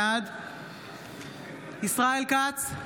בעד ישראל כץ,